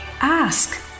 Ask